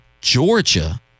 Georgia